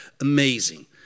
amazing